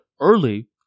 early